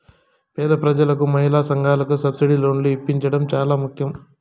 పేద ప్రజలకు మహిళా సంఘాలకు సబ్సిడీ లోన్లు ఇప్పించడం చానా ముఖ్యం